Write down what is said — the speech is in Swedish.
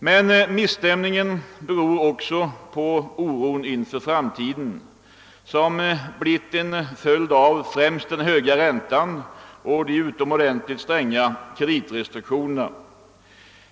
Men misstämningen beror också på den oro inför framtiden som blivit en följd av främst den höga räntan och de utomordentligt stränga kreditrestriktionerna.